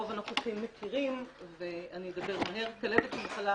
רוב הנוכחים מכירים ואני אדבר מהר: כלבת היא מחלה